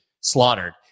slaughtered